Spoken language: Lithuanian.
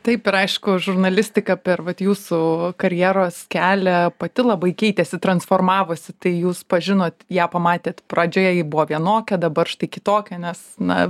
taip ir aišku žurnalistika per vat jūsų karjeros kelią pati labai keitėsi transformavosi tai jūs pažinot ją pamatėt pradžioje ji buvo vienokia dabar štai kitokia nes na